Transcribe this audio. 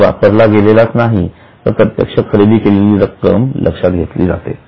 केवळ वापरला गेलेलाच नाही ही तर प्रत्यक्ष खरेदी केलेली रक्कम लक्षात घेतली जाते